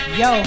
yo